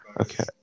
Okay